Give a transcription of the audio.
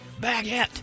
Baguette